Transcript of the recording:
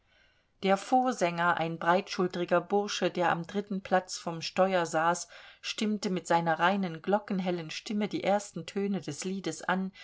der vorsänger ein breitschulteriger bursche der am dritten platz vom steuer saß stimmte mit seiner reinen glockenhellen stimme die ersten töne des liedes an